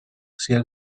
sia